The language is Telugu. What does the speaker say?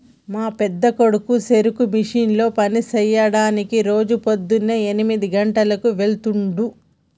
మా పెద్దకొడుకు చెరుకు మిల్లులో పని సెయ్యడానికి రోజు పోద్దున్నే ఎనిమిది గంటలకు వెళ్తుండు